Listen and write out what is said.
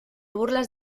burlas